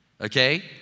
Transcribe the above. Okay